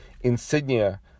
insignia